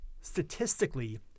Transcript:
statistically